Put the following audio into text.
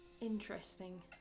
interesting